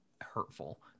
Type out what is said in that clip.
hurtful